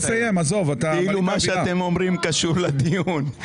כאילו מה שאתם אומרים קשור לדיון.